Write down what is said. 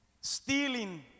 stealing